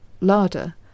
larder